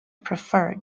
preferred